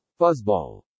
Fuzzball